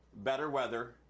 better weather,